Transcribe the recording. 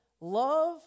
love